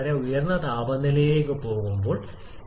നിർദ്ദിഷ്ട മൂല്യത്തിലെ സുപ്രധാന മാറ്റമാണിത് ചൂട്